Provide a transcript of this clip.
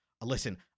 listen